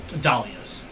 dahlias